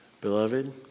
Beloved